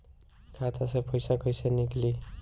खाता से पैसा कैसे नीकली?